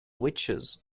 witches